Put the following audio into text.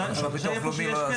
השאלה היא איפה שיש כשל.